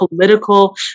political